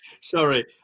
Sorry